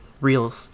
real